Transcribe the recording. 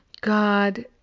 god